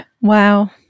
Wow